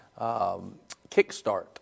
Kickstart